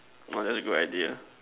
orh that's a good idea